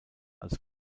als